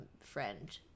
friend